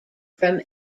from